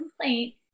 complaint